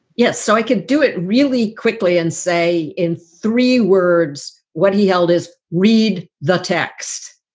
yeah. so i could do it really quickly and say in three words, what he held is read the text.